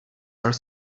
are